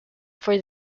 for